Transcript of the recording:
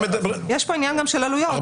יש פה גם עניין של עלויות.